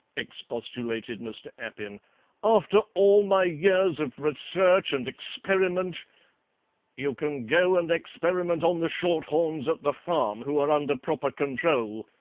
expostulated mr. appin after all my years of research and experiment you can go and experiment on the shorthorns at the farm, who are under proper control,